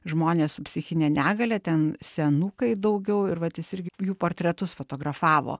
žmonės su psichine negalia ten senukai daugiau ir vat jis irgi jų portretus fotografavo